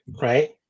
right